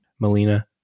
Melina